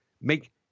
make